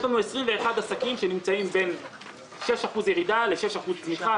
יש לנו 21 עסקים שנמצאים בין 6% ירידה ל-6% צמיחה,